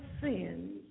sins